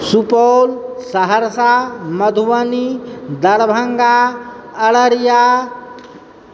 Supaul Saharsa Madhubani Darbhanga Araria